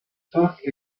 stock